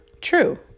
true